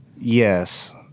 Yes